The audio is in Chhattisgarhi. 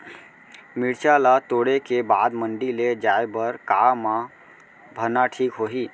मिरचा ला तोड़े के बाद मंडी ले जाए बर का मा भरना ठीक होही?